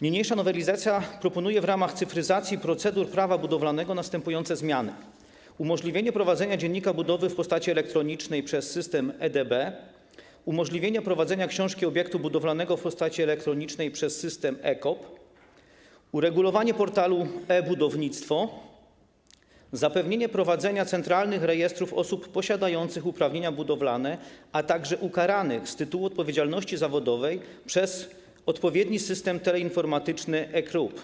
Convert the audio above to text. Niniejsza nowelizacja proponuje w ramach cyfryzacji procedur prawa budowlanego następujące zmiany: umożliwienie prowadzenia dziennika budowy w postaci elektronicznej przez system EDB, umożliwienie prowadzenia książki obiektu budowlanego w postaci elektronicznej przez system EKOB, uregulowanie portalu e-Budownictwo, zapewnienie prowadzenia centralnych rejestrów osób posiadających uprawnienia budowlane, a także ukaranych z tytułu odpowiedzialności zawodowej przez odpowiedni system teleinformatyczny e-CRUB,